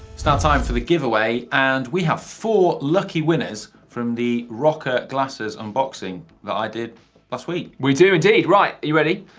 it's now time for the giveaway and we have four lucky winners from the roka glasses unboxing that i did last week. we do, indeed! right, are you ready?